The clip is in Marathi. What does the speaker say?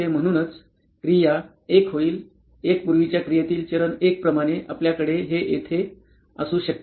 म्हणूनच क्रिया 1 होईल 1 पूर्वीच्या क्रियेतील चरण 1 प्रमाणे आपल्याकडे हे येथे असू शकते